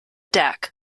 deck